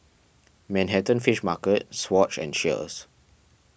Manhattan Fish Market Swatch and Cheers